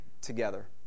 together